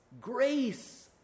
grace